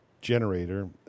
generator